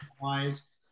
Wise